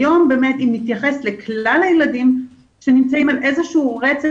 אם נתייחס היום לכלל הילדים שנמצאים על איזה שהוא רצף